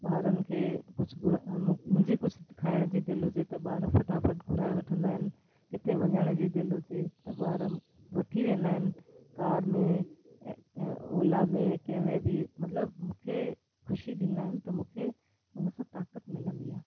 ॿारनि खे कुझु घु मु मुंहिंजी कुझु खाइण जी दिलि हुजे त ॿार फटाफट घुराइ वठंदा आहिनि किथे वञण जी दिलि हुजे त ॿार वठी वेंदा आहिनि कार में ऐं अ ओला में कंहिंमें बि मतिलबु मूंखे ख़ुशी ॾींदा त मूंखे हिन सां ताक़तु मिलंदी आहे